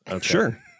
Sure